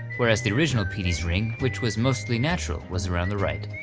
whereas the original petey's ring, which was mostly natural, was around the right.